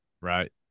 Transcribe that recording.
Right